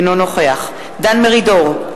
אינו נוכח דן מרידור,